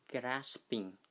grasping